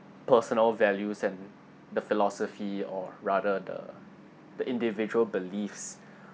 personal values and the philosophy or rather the the individual beliefs